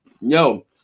Yo